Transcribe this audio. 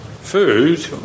food